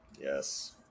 yes